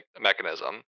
mechanism